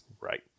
Right